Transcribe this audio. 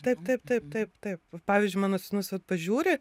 taip taip taip taip taip pavyzdžiui mano sūnus vat pažiūri